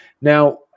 Now